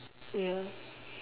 ya